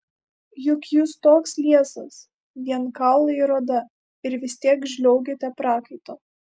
juk jūs toks liesas vien kaulai ir oda ir vis tiek žliaugiate prakaitu